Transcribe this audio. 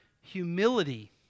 humility